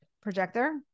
Projector